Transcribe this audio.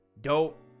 dope